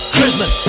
Christmas